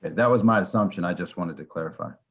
that was my assumption. i just wanted to clarify.